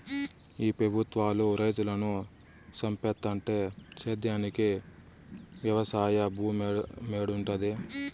ఈ పెబుత్వాలు రైతులను సంపేత్తంటే సేద్యానికి వెవసాయ భూమేడుంటది